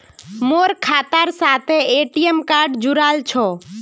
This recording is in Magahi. मोर खातार साथे ए.टी.एम कार्ड जुड़ाल छह